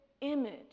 image